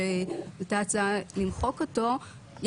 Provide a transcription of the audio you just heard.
שההצעה היא למחוק אותו,